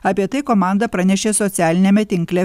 apie tai komanda pranešė socialiniame tinkle